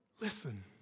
listen